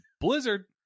Blizzard